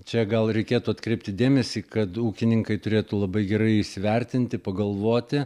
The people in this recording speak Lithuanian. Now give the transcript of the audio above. čia gal reikėtų atkreipti dėmesį kad ūkininkai turėtų labai gerai įsivertinti pagalvoti